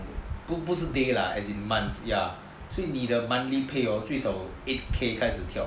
不是 day lah as in month ya 所以你的 monthly pay 最少 eight K 开始跳